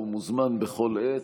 הוא מוזמן בכל עת,